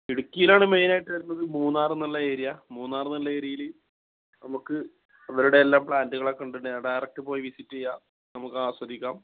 ഇടുക്കിയിലാണ് മെയ്നൻ ആയിട്ട് വരുന്നത് മൂന്നാർ എന്നുള്ള ഏരിയ മൂന്നാർ എന്നുള്ള ഏരിയയിൽ നമുക്ക് അവരുടെ എല്ലാം പ്ലാൻറ്റുകളൊക്കെ കണ്ടുകൊണ്ട് ഡയറക്റ്റ് പോയി വിസിറ്റ് ചെയ്യാം നമുക്ക് ആസ്വദിക്കാം